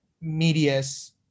media's